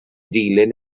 dilyn